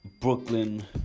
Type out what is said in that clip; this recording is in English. Brooklyn